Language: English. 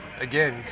again